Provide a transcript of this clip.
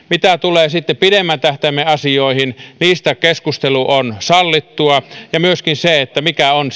mitä tulee pidemmän tähtäimen asioihin niistä keskustelu on sallittua ja myöskin siitä mikä on